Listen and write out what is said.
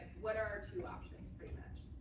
what are our two options, pretty much.